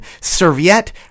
Serviette